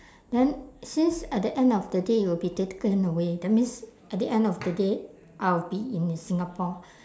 then since at the end of the day it will be taken away that means at the end of the day I will be in singapore